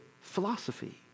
philosophy